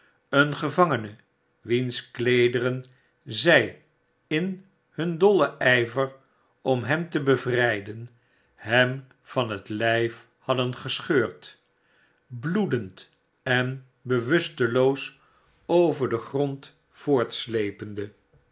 een gevangene wiens kleederen zij in hun dollen ijver om hem te bevrijden hem van het lijf hadden gescheurd bloedend en bewusteloos over den grond voortslepende